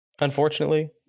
unfortunately